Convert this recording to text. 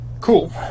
cool